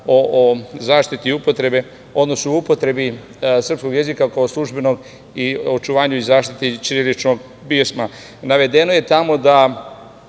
o zaštiti upotrebe, odnosno upotrebi srpskog jezika kao službenog i očuvanju i zaštiti ćiriličnog pisma. Navedeno je tamo da